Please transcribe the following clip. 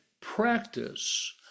practice